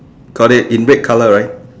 got it in red colour right